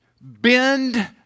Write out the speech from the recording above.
bend